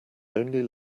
only